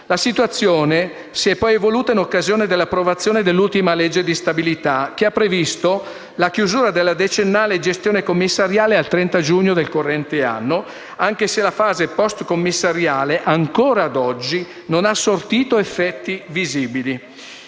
La situazione si è poi evoluta in occasione dell'approvazione dell'ultima legge di stabilità, che ha previsto la chiusura della decennale gestione commissariale al 30 giugno del corrente anno, anche se la fase post-commissariale ancora ad oggi ha sortito effetti visibili.